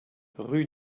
rue